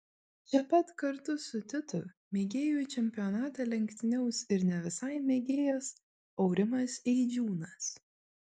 čia pat kartu su titu mėgėjų čempionate lenktyniaus ir ne visai mėgėjas aurimas eidžiūnas